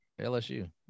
LSU